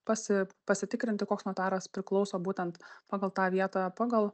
pasi pasitikrinti koks notaras priklauso būtent pagal tą vietą pagal